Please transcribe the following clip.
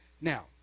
Now